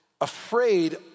afraid